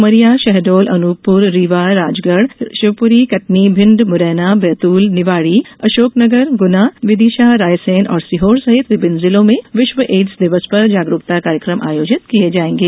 उमरिया शहडोल अनपपर रीवा राजगढ़ शिवपुरी कटनी भिण्ड मुरैना बैतूल निवाड़ी अशोकनगर गुना विदिशा रायसेन और सीहार सहित विभिन्न जिलों में विश्व एड्स दिवस पर जागरुकता कार्यक्रम आयोजित किये जायेंगे